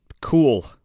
Cool